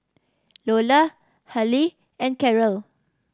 Iola Halie and Cherrelle